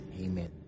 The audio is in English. Amen